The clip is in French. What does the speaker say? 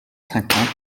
cinquante